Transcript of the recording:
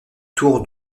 tour